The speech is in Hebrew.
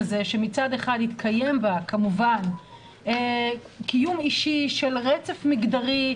כשמצד אחד התקיים בה כמובן קיום אישי של רצף מגדרי,